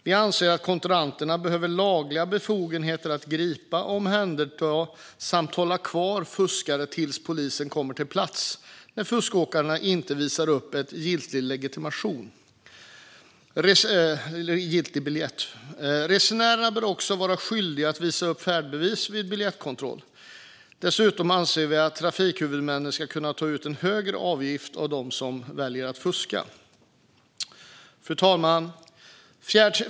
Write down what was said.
Vi anser att kontrollanterna behöver lagliga befogenheter att gripa, omhänderta och hålla kvar fuskare tills polisen kommer till platsen när fuskåkare inte visar upp giltig biljett. Resenärer bör också vara skyldiga att visa upp färdbevis vid biljettkontroll. Dessutom anser vi att trafikhuvudmännen ska kunna ta ut en högre avgift av dem som väljer att fuska. Fru talman!